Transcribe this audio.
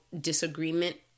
disagreement